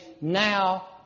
Now